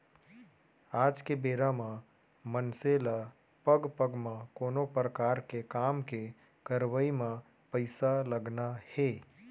आज के बेरा म मनसे ल पग पग म कोनो परकार के काम के करवई म पइसा लगना हे